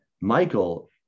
Michael